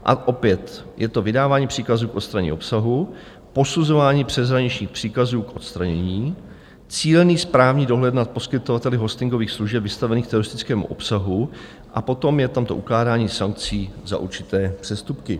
A opět je to vydávání příkazů k odstranění obsahu, posuzování přeshraničních příkazů k odstranění, cílený správní dohled nad poskytovateli hostingových služeb vystavených teroristickému obsahu a potom je tam to ukládání sankcí za určité přestupky.